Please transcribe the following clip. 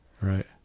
Right